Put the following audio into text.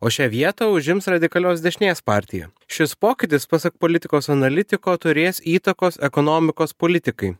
o šią vietą užims radikalios dešinės partija šis pokytis pasak politikos analitiko turės įtakos ekonomikos politikai